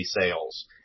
sales